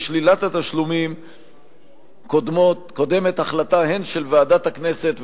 לשלילת התשלומים קודמת החלטה של ועדת הכנסת,